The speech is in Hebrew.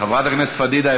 חברת הכנסת פדידה,